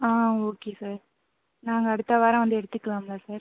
ஆ okay sir நாங்கள் அடுத்த வாரம் வந்து எடுத்துக்கலாம்ல சார்